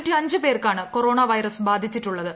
മറ്റുള്ള പേർക്കാണ് corona virus ബാധിച്ചിട്ടുള്ളത്